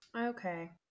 Okay